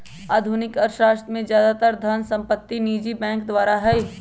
आधुनिक अर्थशास्त्र में ज्यादातर धन उत्पत्ति निजी बैंक करा हई